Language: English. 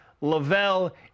Lavelle